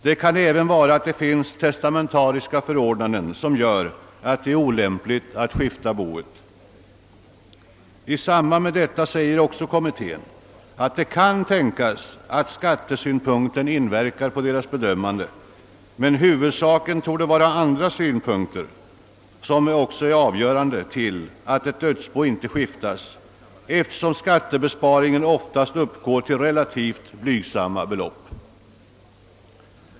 Det kan även finnas testamentariska förordnanden som gör det olämpligt att skifta boet. I samband med detta säger kommittén att det kan tänkas att skattesynpunkter inverkar på bedömningen men att huvudsakligen andra omständigheter torde vara avgörande då ett dödsbo inte skiftas, eftersom skattebesparingen oftast uppgår till relativt blygsamma belopp.